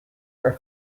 are